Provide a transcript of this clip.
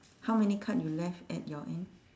how many card you left at your end